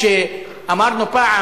כשאמרתי פעם: